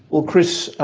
well chris,